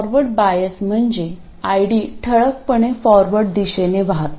forward bias म्हणजे ID ठळकपणे forward दिशेने वाहतो